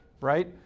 right